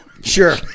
Sure